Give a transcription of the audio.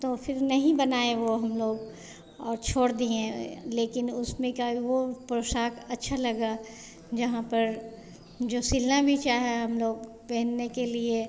तो फिर नहीं बनाए वह हम लोग और छोड़ दिए लेकिन उसमें क्या है वह पोशाक़ अच्छी लगी जहाँ पर जो सीलना भी चाहें हम लोग पहनने के लिए